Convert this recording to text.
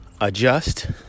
adjust